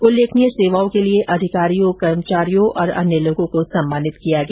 उल्लेखनीय सेवाओं के लिए अधिकारियों कर्मचारियों और अन्य लोगों को सम्मानित किया गया